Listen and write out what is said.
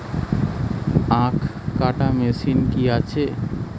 আখ কাটা মেশিন কি আছে?